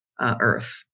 Earth